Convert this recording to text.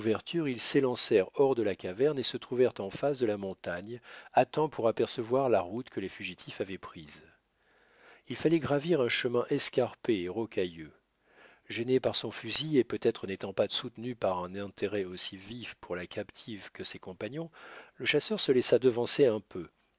ils s'élancèrent hors de la caverne et se trouvèrent en face de la montagne à temps pour apercevoir la route que les fugitifs avaient prise il fallait gravir un chemin escarpé et rocailleux gêné par son fusil et peut-être n'étant pas soutenu par un intérêt aussi vif pour la captive que ses compagnons le chasseur se laissa devancer un peu